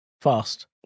Fast